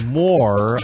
more